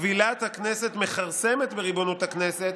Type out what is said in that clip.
כבילת הכנסת מכרסמת בריבונות הכנסת,